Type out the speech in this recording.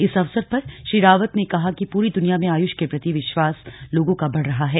इस अवसर श्री रावत ने कहा कि पूरी दुनिया में आयुष के प्रति विश्वास बढ़ रहा है